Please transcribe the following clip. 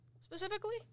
specifically